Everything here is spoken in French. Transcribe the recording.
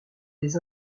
des